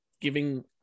giving